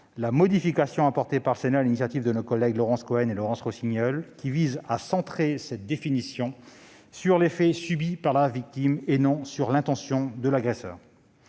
la modification apportée par le Sénat sur l'initiative de nos collègues Laurence Cohen et Laurence Rossignol, qui vise à centrer cette définition sur les faits subis par la victime et non sur l'intention de l'agresseur.